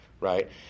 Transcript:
right